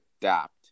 adapt